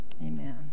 amen